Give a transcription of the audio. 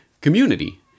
community